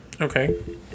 Okay